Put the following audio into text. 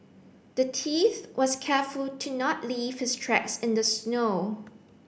the thief was careful to not leave his tracks in the snow